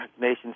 nation's